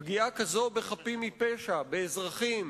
פגיעה כזו בחפים מפשע, באזרחים,